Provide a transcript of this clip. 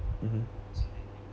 mmhmm